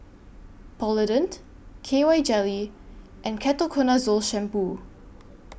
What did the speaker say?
Polident K Y Jelly and Ketoconazole Shampoo